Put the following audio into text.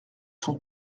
sont